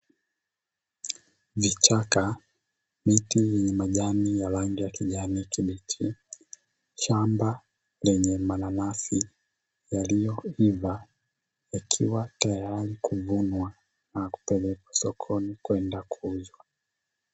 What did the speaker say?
Vichaka, miti yenye majani ya rangi ya kijani kibichi, shamba lenye mananasi yaliyoiva yakiwa tayari kuvunwa na kupelekwa sokoni kwenda kuuzwa.